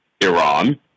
Iran